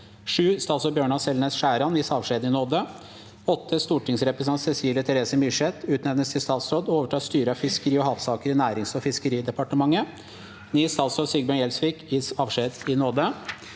7. Statsråd Bjørnar Selnes Skjæran gis avskjed i nåde. 8. Stortingsrepresentant Cecilie Terese Myrseth utnevnes til statsråd og overtar styret av fiskeri- og havsaker i Nærings- og fiskeridepartementet. 9. Statsråd Sigbjørn Gjelsvik gis avskjed i nåde.